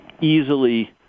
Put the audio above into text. easily